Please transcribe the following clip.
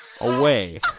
away